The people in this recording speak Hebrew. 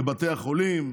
לבתי החולים?